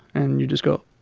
and you just go,